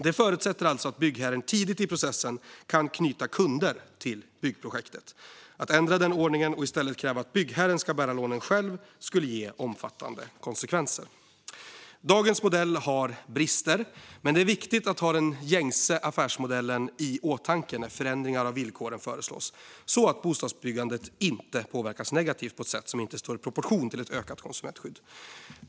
Det förutsätter alltså att byggherren tidigt i processen kan knyta kunder till byggprojektet. Att ändra den ordningen och i stället kräva att byggherren ska bära lånen själv skulle ge omfattande konsekvenser. Dagens modell har brister, men det är viktigt att ha den gängse affärsmodellen i åtanke när förändringar av villkoren föreslås, så att bostadsbyggandet inte påverkas negativt på ett sätt som inte står i proportion till ett ökat konsumentskydd.